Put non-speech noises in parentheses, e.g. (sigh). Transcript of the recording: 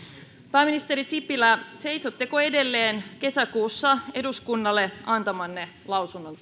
pääministeri sipilä seisotteko edelleen kesäkuussa eduskunnalle antamanne lausunnon (unintelligible)